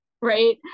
right